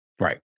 Right